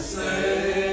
say